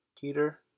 Peter